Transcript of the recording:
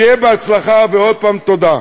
שיהיה בהצלחה, ועוד פעם: תודה.